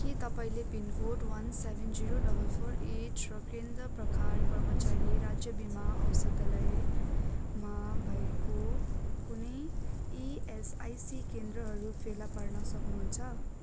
के तपाईँँले pincode one seven zero double four eight र केन्द्र प्रकार कर्मचारी राज्य बिमा औषधालयमा भएको कुनै इएसआइसी केन्द्रहरू फेलापार्न सक्नुहुन्छ